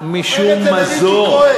ספר את זה לריקי כהן.